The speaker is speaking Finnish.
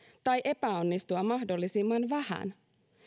tai epäonnistua mahdollisimman vähän